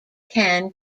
can